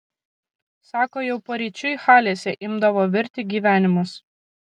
sako jau paryčiui halėse imdavo virti gyvenimas